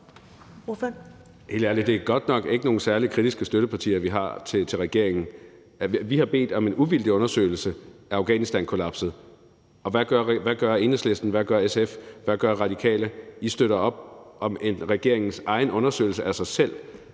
(KF): Helt ærligt er det godt nok ikke nogen særlig kritiske støttepartier, vi har til regeringen. Vi har bedt om en uvildig undersøgelse af Afghanistankollapset, og hvad gør Enhedslisten, hvad gør SF, og hvad gør Radikale? I støtter op om regeringens egen undersøgelse af sig selv.